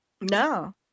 No